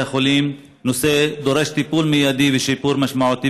החולים דורש טיפול מיידי ושיפור משמעותי,